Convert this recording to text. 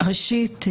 ראשית,